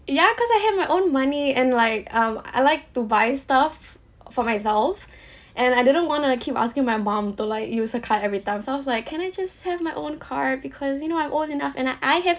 ya cause I have my own money and like um I like to buy stuff uh for myself and I didn't want to keep asking my mom to like use the card every time so I was like can I just have my own card because you know I'm old enough and I I have